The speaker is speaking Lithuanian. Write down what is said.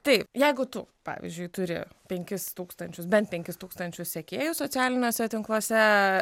tai jeigu tu pavyzdžiui turi penkis tūkstančius bent penkis tūkstančius sekėjų socialiniuose tinkluose